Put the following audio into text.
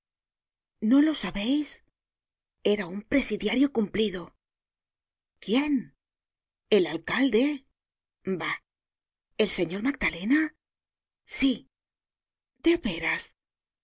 no lo sabeis era un presidiario cumplido quién el alcalde bah el señor magdalena sí de veras